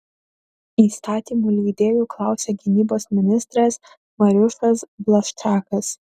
įstatymų leidėjų klausė gynybos ministras mariušas blaščakas